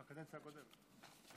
בקדנציה הקודמת.